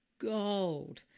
gold